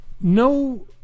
No